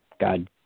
God